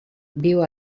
viu